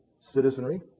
citizenry